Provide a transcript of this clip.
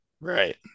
Right